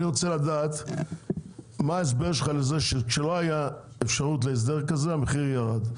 מה ההסבר שלך לזה שכשלא הייתה אפשרות להסדר כזה המחיר ירד,